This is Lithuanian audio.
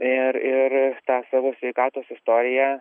ir ir tą savo sveikatos istoriją